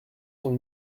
sont